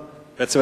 בעצם,